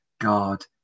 God